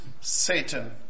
Satan